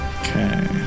Okay